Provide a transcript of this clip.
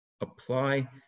apply